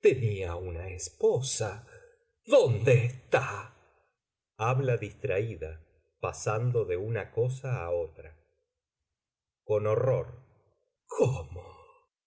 tenía una esposa dónde está habla distraída pasando de una cosa á otra con horror cómo